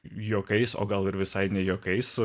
juokais o gal ir visai ne juokais